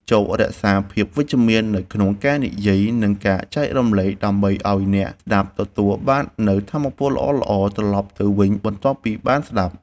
ចូររក្សាភាពវិជ្ជមាននៅក្នុងការនិយាយ និងការចែករំលែកដើម្បីឱ្យអ្នកស្តាប់ទទួលបាននូវថាមពលល្អៗត្រឡប់ទៅវិញបន្ទាប់ពីបានស្តាប់។